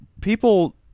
people